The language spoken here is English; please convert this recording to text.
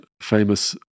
famous